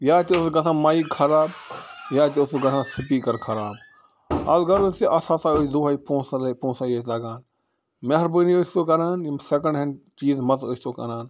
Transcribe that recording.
یا تہِ ٲس اَتھ گژھان مایِک خراب یا تہِ اوس اَتھ گژھان سٕپیٖکَر خراب الغرٕض تہِ اَتھ ہسا ٲسۍ دۄہے پونٛسٔے یوت لگان مہربٲنی ٲسِو کران یِم سٚکینٛڈ ہینٛڈ چیٖز مَہ تہِ ٲسۍ تو کٕنان